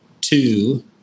two